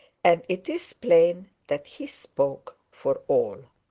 and it is plain that he spoke for all.